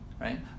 right